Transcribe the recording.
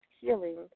healing